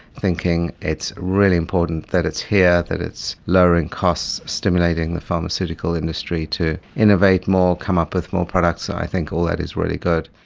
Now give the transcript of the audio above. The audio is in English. thinking it's really important that it's here, that it's lowering costs, stimulating the pharmaceutical industry to innovate more, come up with more products. i think all that is really good.